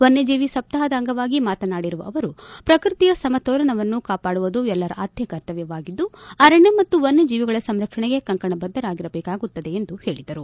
ವನ್ಯಜೀವಿ ಸಪ್ತಾಹದ ಅಂಗವಾಗಿ ಮಾತನಾಡಿರುವ ಅವರು ಪ್ರಕೃತಿಯ ಸಮತೋಲನವನ್ನು ಕಾಪಾಡುವುದು ಎಲ್ಲರ ಆದ್ಯ ಕರ್ತವ್ಯವಾಗಿದ್ದು ಅರಣ್ಯ ಮತ್ತು ವನ್ಯಜೀವಿಗಳ ಸಂರಕ್ಷಣೆಗೆ ಕಂಕಣಬದ್ಧರಾಗಿರಬೇಕಾಗುತ್ತದೆ ಎಂದು ಹೇಳಿದರು